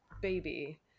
Baby